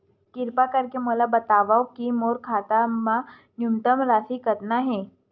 किरपा करके मोला बतावव कि मोर खाता मा न्यूनतम राशि कतना हे